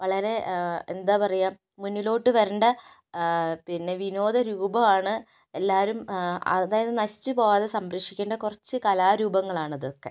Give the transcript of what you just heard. വളരെ എന്താ പറയുക മുന്നിലോട്ട് വരേണ്ട പിന്നെ വിനോദ രൂപമാണ് എല്ലാവരും അതായത് നശിച്ച് പോകാതെ സംരക്ഷിക്കേണ്ട കുറച്ചു കലാരൂപങ്ങളാണത് ഒക്കെ